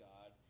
God